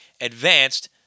advanced